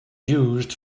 used